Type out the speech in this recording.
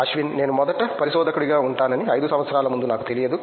అశ్విన్ నేను మొదట పరిశోధకుడిగా ఉంటానని 5 సంవత్సరాల ముందు నాకు తెలియదు